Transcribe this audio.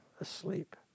asleep